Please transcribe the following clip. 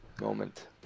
moment